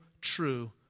true